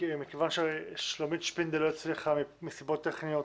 מכיוון ששלומית שפינדל לא הצליחה מסיבות טכניות